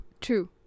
True